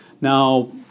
Now